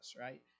right